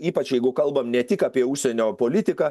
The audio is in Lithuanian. ypač jeigu kalbam ne tik apie užsienio politiką